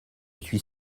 suis